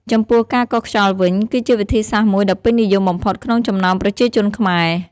ចំពោះការកោសខ្យល់វិញ គឺជាវិធីសាស្ត្រមួយដ៏ពេញនិយមបំផុតក្នុងចំណោមប្រជាជនខ្មែរ។